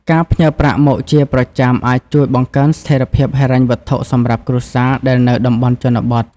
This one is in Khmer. ការផ្ញើប្រាក់មកជាប្រចាំអាចជួយបង្កើនស្ថេរភាពហិរញ្ញវត្ថុសម្រាប់គ្រួសារដែលនៅតំបន់ជនបទ។